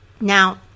Now